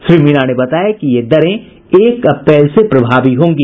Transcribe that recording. श्री मीणा ने बताया कि ये दरें एक अप्रैल से प्रभावी होंगी